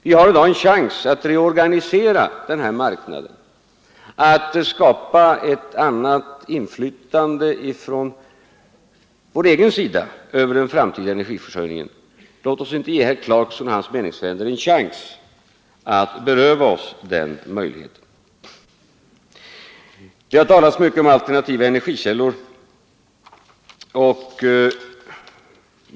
Vi har i dag en chans att reorganisera denna marknad, att skapa ett annat inflytande från vår egen sida över den framtida energiförsörjningen. Låt oss inte ge herr Clarkson och hans meningsfränder en chans att beröva oss den möjligheten! Det har talats mycket om alternativa energikällor.